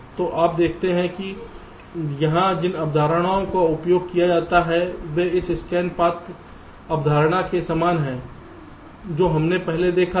तो आप देखते हैं कि यहां जिन अवधारणाओं का उपयोग किया जाता है वे इस स्कैन पथ अवधारणा के समान हैं जो हमने पहले देखा था